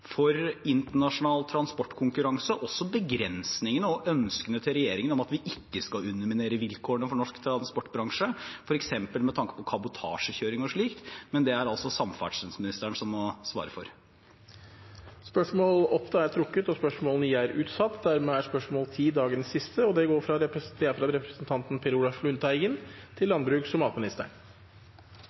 for internasjonal transportkonkurranse og også om begrensningene og ønskene til regjeringen om at vi ikke skal underminere vilkårene for norsk transportbransje, f.eks. med tanke på kabotasjekjøring og slikt, men det er det altså samferdselsministeren som må svare for. Dette spørsmålet er trukket tilbake. Dette spørsmålet er utsatt til neste spørretime, da statsråden er bortreist. «Dagens klimadebatt skiller ikke mellom CO 2 -utslipp fra